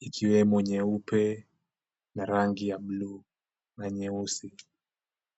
ikiwemo nyeupe na rangi ya buluu na nyeusi.